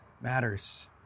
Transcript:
matters